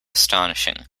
astonishing